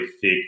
thick